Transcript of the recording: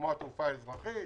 כמו התעופה האזרחית,